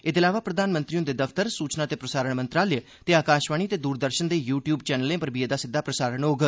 एह्दे अलावा प्रधानमंत्री हुंदे दफ्तर सूचना ते प्रसारण मंत्रालय ते आकाशवाणी ते दूरदर्शन दे यू ट्यूब चैनलें पर बी एह्दा प्रसारण होग